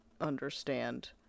understand